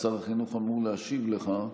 שר החינוך אמור להשיב לך.